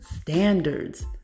standards